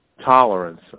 tolerance